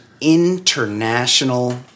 international